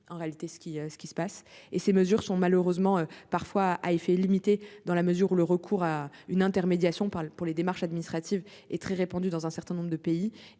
dire, car ce qui se passe est honteux. Ces mesures ont malheureusement parfois des effets limités, dans la mesure où le recours à une intermédiation pour les démarches administratives est très répandu dans certains pays,